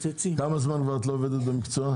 כמה זמן את כבר לא עובדת במקצוע?